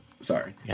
sorry